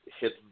hit